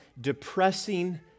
depressing